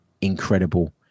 incredible